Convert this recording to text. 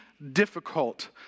difficult